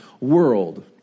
world